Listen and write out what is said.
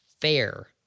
fair